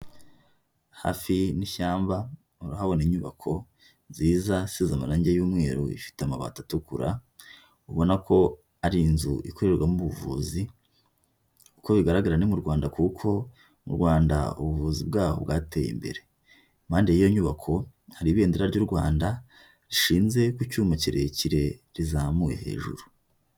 Hafi n'ishyamba urahabona inyubako nziza isize amarange y'umweru ifite amabati atukura, ubona ko ari inzu ikorerwamo ubuvuzi, uko bigaragara ni mu Rwanda kuko mu Rwanda ubuvuzi bwaho bwateye imbere. Impande y'iyo nyubako hari ibendera ry'u Rwanda rishinze ku cyuma kirekire rizamuye hejuru.